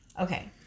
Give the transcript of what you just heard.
Okay